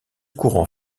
courant